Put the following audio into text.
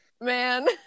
man